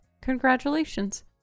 Congratulations